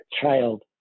child